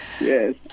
Yes